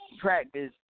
practice